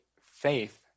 faith